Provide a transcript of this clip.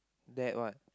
that one